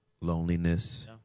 loneliness